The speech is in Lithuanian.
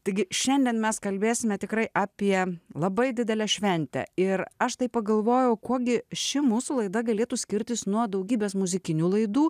taigi šiandien mes kalbėsime tikrai apie labai didelę šventę ir aš tai pagalvojau kuo gi ši mūsų laida galėtų skirtis nuo daugybės muzikinių laidų